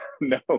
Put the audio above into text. no